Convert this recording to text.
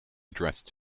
addressed